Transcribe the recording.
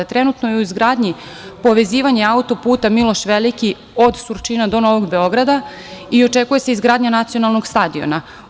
Trenutno je u izgradnji povezivanje autoputa „Miloš Veliki“ od Surčina do Novog Beograda i očekuje se izgradnja nacionalnog stadiona.